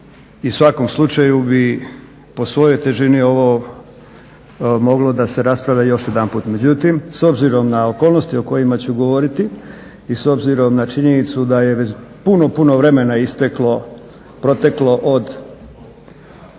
u svakom slučaju bi, po svojoj težini ovo moglo da se raspravlja još jedanput. Međutim, s obzirom na okolnosti o kojima ću govoriti i s obzirom na činjenicu da je već puno puno vremena isteklo, proteklo od